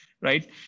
right